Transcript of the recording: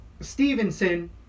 Stevenson